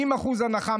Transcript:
80% הנחה,